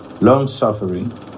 long-suffering